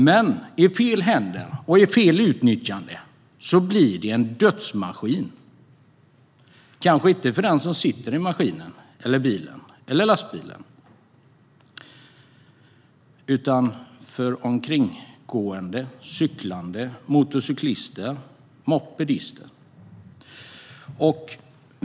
Men i fel händer och fel utnyttjad blir den en dödsmaskin - kanske inte för den som sitter i bilen eller lastbilen men för gående, cyklande, motorcyklister och mopedister runt omkring.